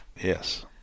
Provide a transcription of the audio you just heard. Yes